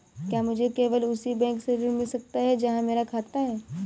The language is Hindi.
क्या मुझे केवल उसी बैंक से ऋण मिल सकता है जहां मेरा खाता है?